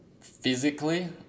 Physically